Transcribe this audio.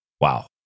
wow